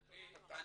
העיתון ייפתח.